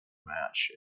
match